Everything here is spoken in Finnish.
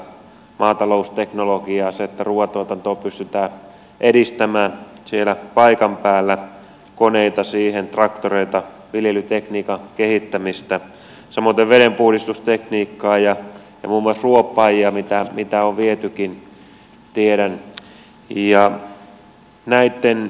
maatalousteknologiaa se että ruoantuotantoa pystytään edistämään siellä paikan päällä koneita siihen traktoreita viljelytekniikan kehittämistä samoiten vedenpuhdistustekniikkaa ja muun muassa ruoppaajia mitä on vietykin tiedän